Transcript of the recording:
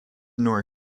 nor